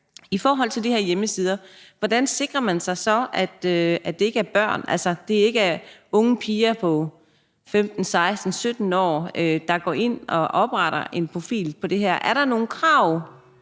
I forhold til de her hjemmesider, hvordan sikrer man sig så, at det ikke er børn, altså at det ikke er unge piger på 15, 16, 17 år, der går ind og opretter en profil på det her? Er der nogen krav